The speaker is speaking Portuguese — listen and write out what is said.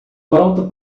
pronto